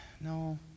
no